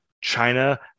China